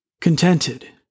contented